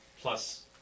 plus